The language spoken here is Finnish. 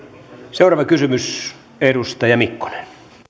seuraava kysymys edustaja mikkonen